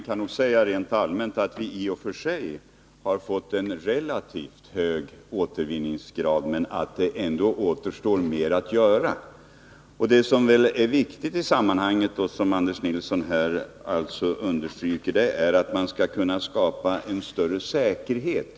Herr talman! Man kan rent allmänt säga att vi i och för sig har fått en relativt hög återvinningsgrad men att mer återstår att göra. Det som är viktigt i sammanhanget och som Anders Nilsson här understryker, är att man skall kunna skapa en större säkerhet.